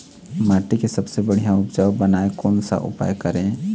माटी के सबसे बढ़िया उपजाऊ बनाए कोन सा उपाय करें?